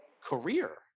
career